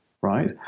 right